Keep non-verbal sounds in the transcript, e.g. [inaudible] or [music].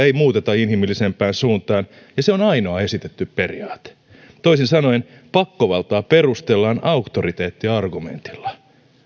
[unintelligible] ei muuteta inhimillisempään suuntaan ja se on ainoa esitetty periaate toisin sanoen pakkovaltaa perustellaan auktoriteettiargumentilla